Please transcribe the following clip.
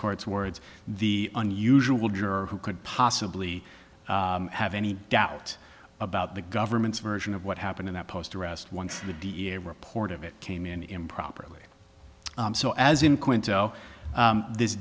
court's words the unusual juror who could possibly have any doubt about the government's version of what happened in that post arrest one for the d a report of it came in improperly so as in quinto this